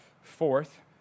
Fourth